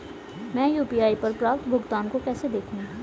मैं यू.पी.आई पर प्राप्त भुगतान को कैसे देखूं?